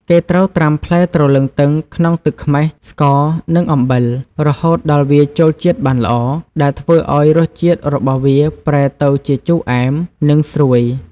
គេត្រូវត្រាំផ្លែទ្រលឹងទឹងក្នុងទឹកខ្មេះ ស្ករ និងអំបិល រហូតដល់វាចូលជាតិបានល្អ ដែលធ្វើឲ្យរសជាតិរបស់វាប្រែទៅជា ជូរអែម និងស្រួយ។